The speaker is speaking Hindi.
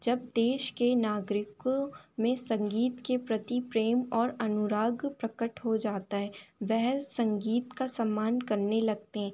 जब देश के नागरिकों में संगीत के प्रती प्रेम और अनुराग प्रकट हो जाता है वे संगीत का सम्मान करने लगते हैं